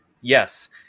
yes